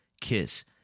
Kiss